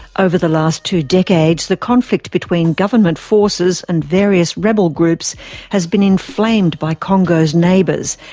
over the last two decades the conflict between government forces and various rebel groups has been inflamed by congo's neighbours,